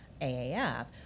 AAF